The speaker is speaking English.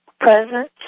presence